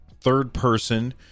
third-person